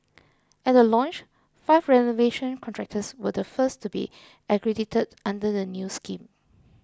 at the launch five renovation contractors were the first to be accredited under the new scheme